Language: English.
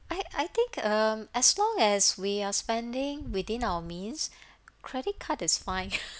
I I think um as long as we are spending within our means credit card is fine